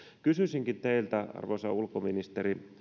kysyisinkin teiltä arvoisa ulkoministeri